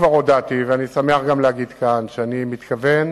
כבר הודעתי, ואני שמח גם להגיד כאן, שאני מתכוון